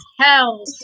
hell